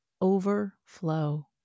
overflow